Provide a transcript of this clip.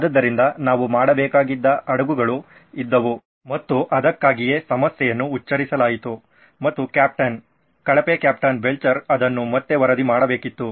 ಆದ್ದರಿಂದ ನಾವು ಮಾಡಬೇಕಾಗಿದ್ದ ಹಡಗುಗಳು ಇದ್ದವು ಮತ್ತು ಅದಕ್ಕಾಗಿಯೇ ಸಮಸ್ಯೆಯನ್ನು ಉಚ್ಚರಿಸಲಾಯಿತು ಮತ್ತು ಕ್ಯಾಪ್ಟನ್ ಕಳಪೆ ಕ್ಯಾಪ್ಟನ್ ಬೆಲ್ಚರ್ ಅದನ್ನು ಮತ್ತೆ ವರದಿ ಮಾಡಬೇಕಾಗಿತ್ತು